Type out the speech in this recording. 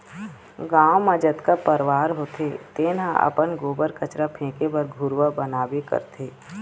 गाँव म जतका परवार होथे तेन ह अपन गोबर, कचरा फेके बर घुरूवा बनाबे करथे